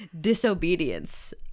Disobedience